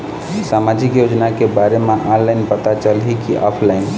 सामाजिक योजना के बारे मा ऑनलाइन पता चलही की ऑफलाइन?